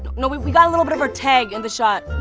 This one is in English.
you know we we got a little bit of her tag in the shot.